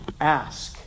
ask